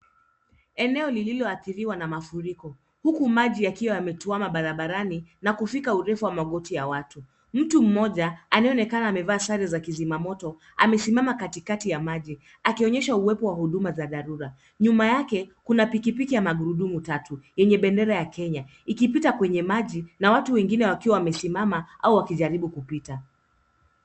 Eneo lililoadhiriwa na mafuriko huku maji yakiwa yametuwama barabarani na kufika urefu wa magoti ya watu. Mtu mmoja anayeonekana amevaa sare za kuzimamoto amesimama katikati ya maji akionyesha uwepo wa huduma za dharura. Nyuma yake kuna pikipiki ya magurudumu tatu yenye bendera ya Kenya ikipita kwenye maji na watu wengine wakiwa wamesimama au wakijaribu kupita.